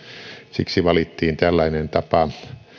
siksi valittiin tällainen tapa